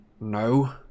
No